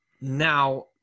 now